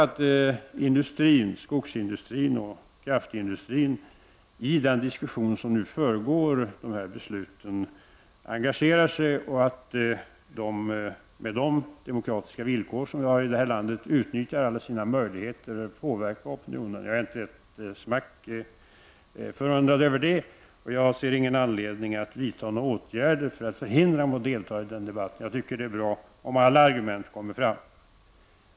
Det är klart att skogsoch kraftindustrin i den diskussion som nu föregår dessa beslut engagerar sig och med de demokratiska villkor som vi har i det här landet utnyttjar alla sina möjligheter att påverka opinionen. Jag är inte ett dugg förundrad över det, och jag ser ingen anledning att vidta några åtgärder för att förhindra industrin att delta i debatten. Jag tycker att det är bra om alla argument kommer fram.